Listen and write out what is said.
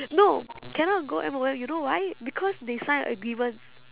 no cannot go M_O_M you know why because they signed a agreement